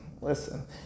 listen